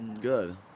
Good